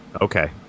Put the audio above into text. Okay